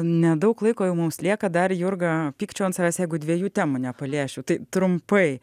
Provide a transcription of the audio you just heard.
nedaug laiko jau mums lieka dar jurga pykčiau ant savęs jeigu dviejų temų nepaliesčiau tai trumpai